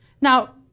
Now